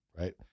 right